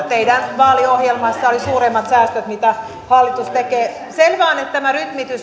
teidän vaaliohjelmassanne oli suuremmat säästöt kuin mitä hallitus tekee sen totean vain että tämä rytmitys